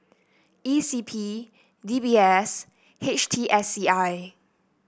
E C P D B S H T S C I